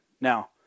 now